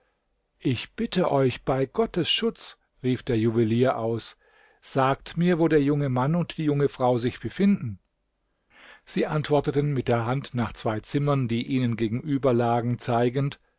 ich bitte euch bei gottes schutz rief der juwelier aus sagt mir wo der junge mann und die junge frau sich befinden sie antworteten mit der hand nach zwei zimmern die ihnen gegenüber lagen zeigend